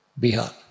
Bihar